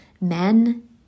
men